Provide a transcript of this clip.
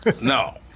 No